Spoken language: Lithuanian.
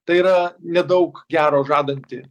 tai yra nedaug gero žadanti